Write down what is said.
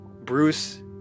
Bruce